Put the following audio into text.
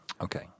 Okay